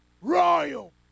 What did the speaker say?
royal